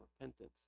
repentance